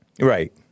Right